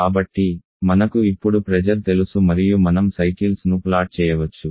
కాబట్టి మనకు ఇప్పుడు ప్రెజర్ తెలుసు మరియు మనం సైకిల్స్ ను ప్లాట్ చేయవచ్చు